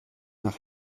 nach